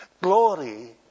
Glory